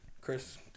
Chris